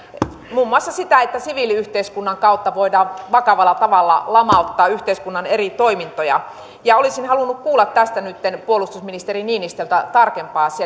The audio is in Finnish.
muun muassa siltä että siviiliyhteiskunnan kautta voidaan vakavalla tavalla lamauttaa yhteiskunnan eri toimintoja olisin halunnut kuulla tästä nytten puolustusministeri niinistöltä tarkempaa